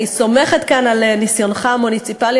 אני סומכת כאן על ניסיונך המוניציפלי,